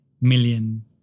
million